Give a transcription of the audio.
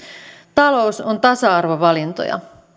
talous on tasa arvovalintoja